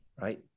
right